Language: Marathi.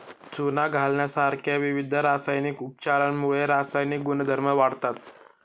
चुना घालण्यासारख्या विविध रासायनिक उपचारांमुळे रासायनिक गुणधर्म वाढतात